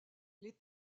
les